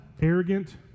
arrogant